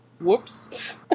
Whoops